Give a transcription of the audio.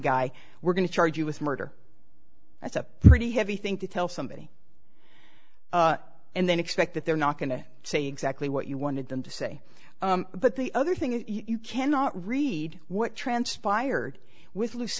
guy we're going to charge you with murder that's a pretty heavy thing to tell somebody and then expect that they're not going to say exactly what you wanted them to say but the other thing is you cannot read what transpired with loose